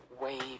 wave